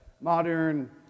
modern